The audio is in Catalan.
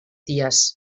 dies